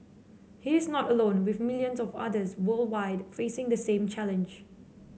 he is not alone with millions of others worldwide facing the same challenge